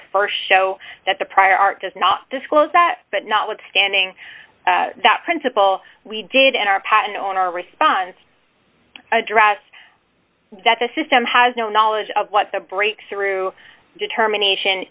to st show that the prior art does not disclose that but notwithstanding that principle we did and our patent on our response address that the system has no knowledge of what the breakthrough determination